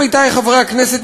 עמיתי חברי הכנסת,